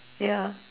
ya